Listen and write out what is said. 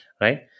right